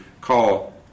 call